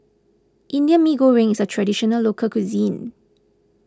Indian Mee Goreng is a Traditional Local Cuisine